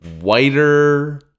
whiter